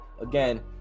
again